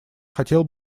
хотел